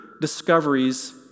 discoveries